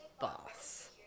boss